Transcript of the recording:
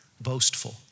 boastful